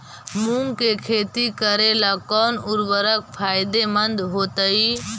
मुंग के खेती करेला कौन उर्वरक फायदेमंद होतइ?